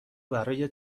برای